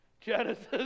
Genesis